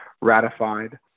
ratified